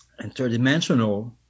interdimensional